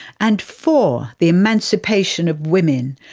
and for the emancipation of women,